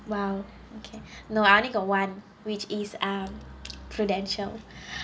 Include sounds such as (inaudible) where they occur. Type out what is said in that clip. !wow! okay no I only got one which is um prudential (breath)